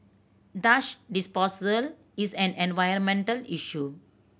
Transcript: dash disposal is an environmental issue